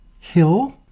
hill